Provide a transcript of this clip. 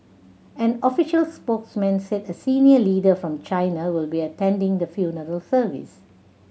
an official spokesman said a senior leader from China will be attending the funeral service